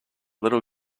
little